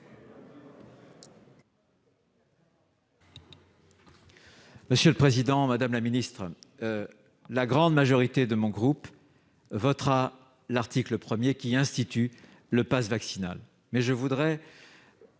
Monsieur le président, madame la ministre, la grande majorité de mon groupe votera l'article 1, qui institue le passe vaccinal.